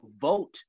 vote